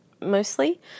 mostly